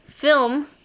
Film